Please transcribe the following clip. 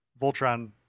Voltron